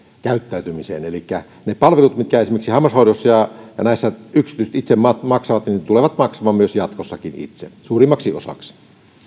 käyttäytymiseen elikkä ne palvelut mitkä esimerkiksi hammashoidossa ja näissä yksityiset itse maksavat tulevat maksamaan myös jatkossakin itse suurimmaksi osaksi